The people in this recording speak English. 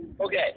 Okay